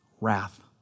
wrath